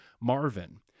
Marvin